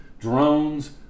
drones